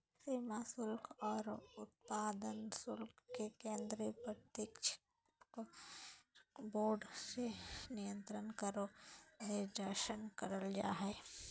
सीमा शुल्क आरो उत्पाद शुल्क के केंद्रीय प्रत्यक्ष कर बोर्ड से नियंत्रण आरो निर्देशन करल जा हय